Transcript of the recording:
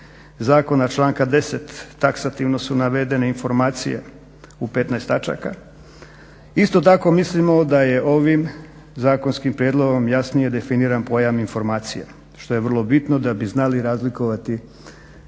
zakona, članka 10. taksativno su navedene informacije u 15 točaka. Isto tako mislimo da je ovim zakonskim prijedlogom jasnije definiran pojam informacija što je vrlo bitno da bi znali razlikovati,